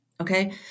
okay